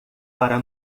para